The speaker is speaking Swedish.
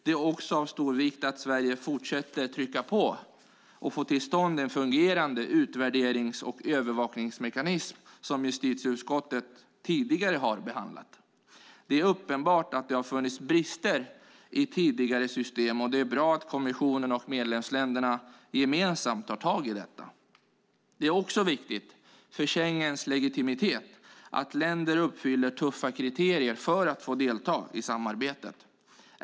Det är också av stor vikt att Sverige fortsätter att trycka på för att få till stånd en fungerande utvärderings och övervakningsmekanism. Detta har justitieutskottet behandlat tidigare. Det är uppenbart att det funnits brister i tidigare system, och det är bra att kommissionen och medlemsländerna gemensamt tar tag i detta. Det är också viktigt för Schengens legitimitet att länder uppfyller tuffa kriterier för att få delta i samarbetet.